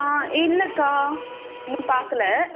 ஆ இல்லைக்கா இன்னும் பார்க்கல